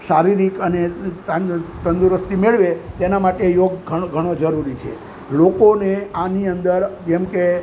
શારીરિક અને તંદુરસ્તી મેળવે તેના માટે યોગ ઘણો ઘણો જરૂરી છે લોકોને આની અંદર જેમકે